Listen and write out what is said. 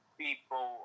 people